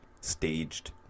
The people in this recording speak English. staged